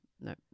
no